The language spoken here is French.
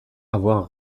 avoir